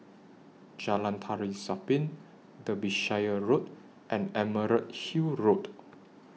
Jalan Tari Zapin Derbyshire Road and Emerald Hill Road